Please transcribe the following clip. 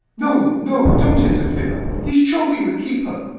no, no, don't interfere a he's choking the keeper.